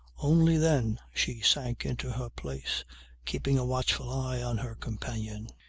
only then she sank into her place keeping a watchful eye on her companion.